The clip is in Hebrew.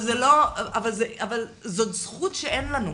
אבל זאת זכות שאין לנו.